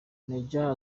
major